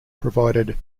provided